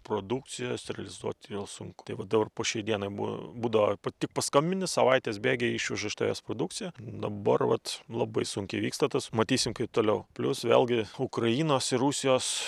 produkcijos realizuoti sunku tai va dabar po šiai dienai buo būdavo pa tik paskambini savaitės bėgyje išveža iš tavęs produkciją dabar vat labai sunkiai vyksta tas matysim kaip toliau plius vėlgi ukrainos ir rusijos